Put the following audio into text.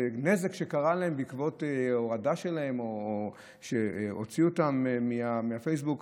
נזק שקרה להם בעקבות הורדה שלהם או שהוציאו אותם מהפייסבוק.